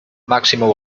máximo